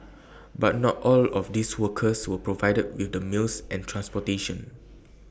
but not all of these workers were provided with the meals and transportation